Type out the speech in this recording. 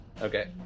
Okay